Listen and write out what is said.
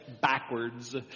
backwards